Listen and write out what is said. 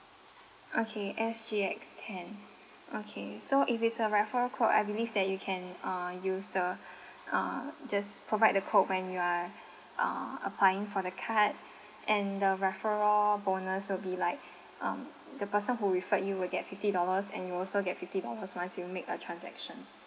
okay S G X ten okay so if it's a referral code I believe that you can uh use the uh just provide the code when you are uh applying for the card and the referral bonus will be like um the person who referred you will get fifty dollars and you'll also get fifty dollars once you make a transaction